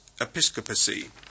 episcopacy